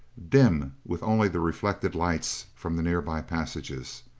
dim with only the reflected lights from the nearby passages.